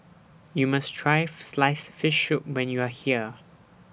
YOU must Try Sliced Fish Soup when YOU Are here